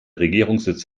regierungssitz